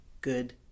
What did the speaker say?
good